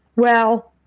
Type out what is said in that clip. well,